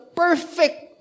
perfect